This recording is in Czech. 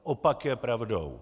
Opak je pravdou.